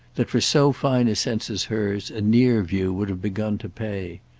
that for so fine a sense as hers a near view would have begun to pay.